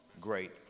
great